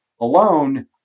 alone